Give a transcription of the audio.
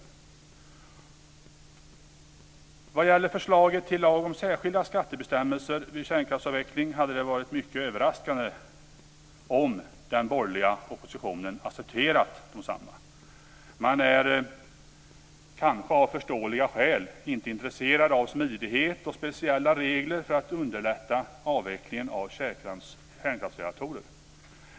Vad gäller förslaget till lag om särskilda skattebestämmelser vid kärnkraftsavveckling hade det varit mycket överraskande om den borgerliga oppositionen hade accepterat desamma. Man är av kanske förståeliga skäl inte intresserad av smidighet och speciella regler för att underlätta avvecklingen av kärnkraftsreaktorer.